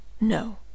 No